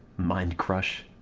mind crush